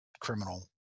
criminal